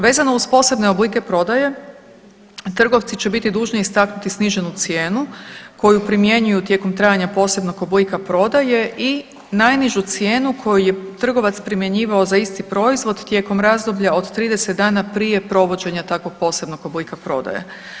Vezano uz posebne oblike prodaje trgovci će biti dužni istaknuti sniženu cijenu koju primjenjuju tijekom trajanja posebnog oblika prodaje i najnižu cijenu koju je trgovac primjenjivao za isti proizvod tijekom razdoblja od 30 dana prije provođenja takvog posebnog oblika prodaje.